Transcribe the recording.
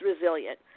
resilient